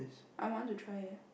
I want to try eh